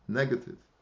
negative